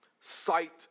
sight